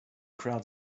crowd